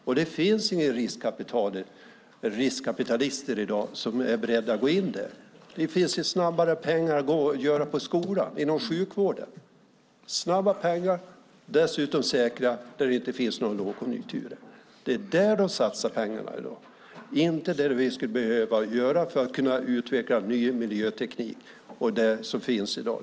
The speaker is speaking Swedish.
Och det finns inga riskkapitalister i dag som är beredda att gå in där. Det finns ju snabbare pengar att göra på skolan och inom sjukvården. Där är det snabba pengar, dessutom säkra, och ingen lågkonjunktur. Det är där de satsar pengarna i dag, inte där de skulle behöva göra det för att kunna utveckla ny miljöteknik och det som finns i dag.